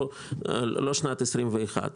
לא שנת 21',